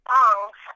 songs